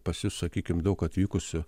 pas jus sakykim daug atvykusių